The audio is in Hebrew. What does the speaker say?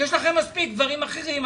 יש לכם מספיק דברים אחרים,